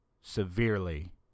severely